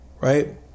Right